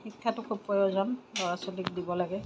শিক্ষাটো খুব প্ৰয়োজন ল'ৰা ছোৱালীক দিব লাগে